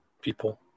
people